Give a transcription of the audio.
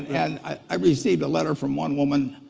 and i received a letter from one woman.